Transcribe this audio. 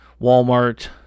Walmart